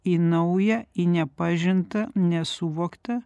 į naują į nepažintą nesuvoktą